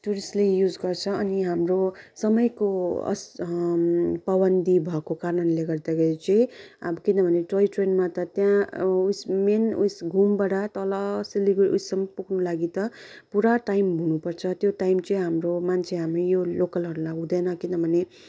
टुरिस्टले use गर्छ अनि हाम्रो समयको अस पावन्दी भएको कारणले गर्दाखेरि चाहिँ अब किनभने टोय ट्रेनमा त त्यहाँ उयस मेन घुमबाट तल सिलगढी उयसम्म पुग्नु लागि त पुरा टइम हुनु पर्छ त्यो टाइम चाहिँ हाम्रो मान्छे हामी यो लोकलहरूलाई हुँदैन किनभने